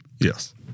Yes